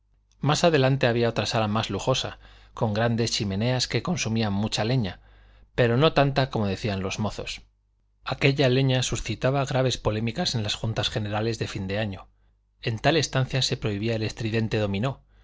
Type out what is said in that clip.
más adelante había otra sala más lujosa con grandes chimeneas que consumían mucha leña pero no tanta como decían los mozos aquella leña suscitaba graves polémicas en las juntas generales de fin de año en tal estancia se prohibía el estridente dominó